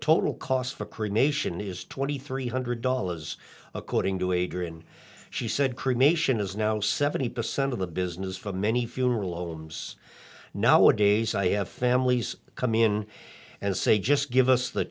total cost for cremation is twenty three hundred dollars according to adrian she said cremation is now seventy percent of the business for many funeral over nowadays i have families come in and say just give us the